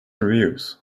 reviews